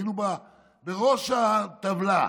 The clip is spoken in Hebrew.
היינו בראש הטבלה,